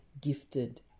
gifted